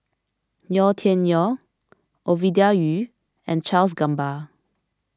Yau Tian Yau Ovidia Yu and Charles Gamba